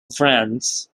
france